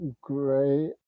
great